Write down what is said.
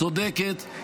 צודקת,